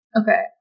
Okay